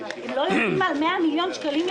לאן הולך הכסף?